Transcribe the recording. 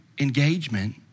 engagement